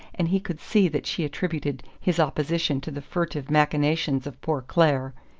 and he could see that she attributed his opposition to the furtive machinations of poor clare.